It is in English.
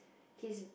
his